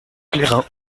plérin